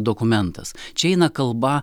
dokumentas čia eina kalba